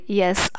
yes